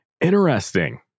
Interesting